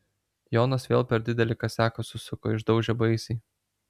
jonas vėl per didelį kasiaką susuko išdaužė baisiai